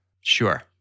Sure